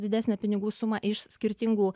didesnę pinigų sumą iš skirtingų